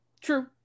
True